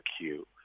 queue